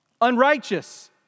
unrighteous